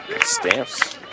Stamps